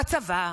בצבא,